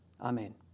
Amen